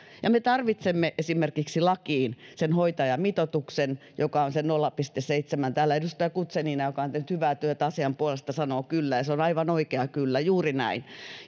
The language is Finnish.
me tarvitsemme esimerkiksi lakiin sen hoitajamitoituksen joka on se nolla pilkku seitsemän täällä edustaja guzenina joka on tehnyt hyvää työtä asian puolesta sanoo kyllä ja se on aivan oikea kyllä juuri näin